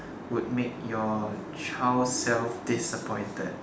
would make your child self disappointed